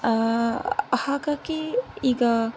ಹಾಗಾಗಿ ಈಗ